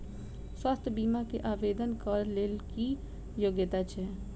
स्वास्थ्य बीमा केँ आवेदन कऽ लेल की योग्यता छै?